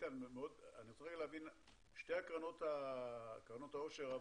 שתי קרנות העושר המובילות,